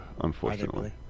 unfortunately